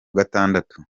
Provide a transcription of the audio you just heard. gatandatu